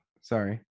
Sorry